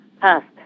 past